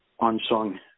Unsung